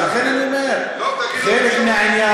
אז לכן אני אומר, לא, תגיד לממשלה.